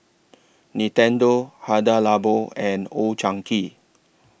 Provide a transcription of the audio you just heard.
Nintendo Hada Labo and Old Chang Kee